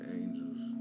angels